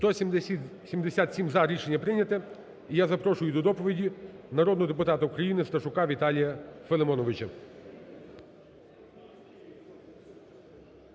За-177 Рішення прийнято. І я запрошую до доповіді народного депутата України Сташука Віталія Филимоновича.